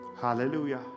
hallelujah